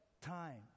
time